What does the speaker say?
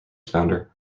founder